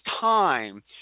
time